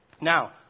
now